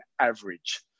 average